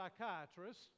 psychiatrist